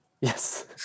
Yes